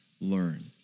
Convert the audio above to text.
learn